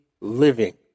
living